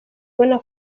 ubona